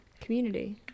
Community